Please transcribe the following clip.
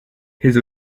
his